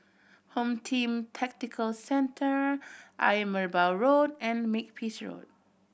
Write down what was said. Home Team Tactical Centre Ayer Merbau Road and Makepeace Road